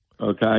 okay